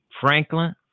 Franklin